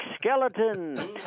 Skeleton